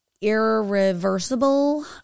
irreversible